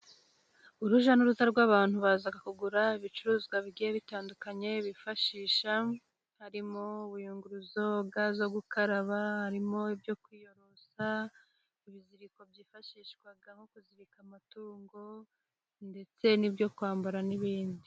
Urujya n'uruza rw'abantu baza kugura ibicuruzwa bitandukanye bifashisha harimo ubuyunguruzo, ga zo gukaraba harimo ibyo kwiyorosa . Ibiziriko byifashishwa nko kuzirika amatungo ndetse n'ibyo kwambara n'ibindi.